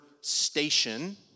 station